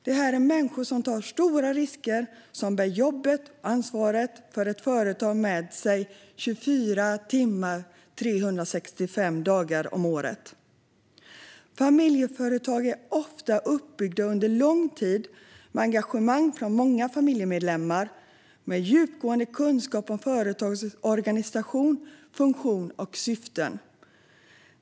Detta är människor som tar stora risker och som bär jobbet och ansvaret för ett företag med sig 24 timmar om dygnet, 365 dagar om året. Familjeföretag är ofta uppbyggda under lång tid, med engagemang från många familjemedlemmar med djupgående kunskap om företagets organisation, funktion och syften.